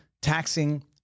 Taxing